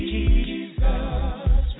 Jesus